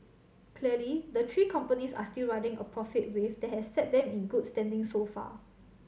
clearly the three companies are still riding a profit wave that has set them in good standing so far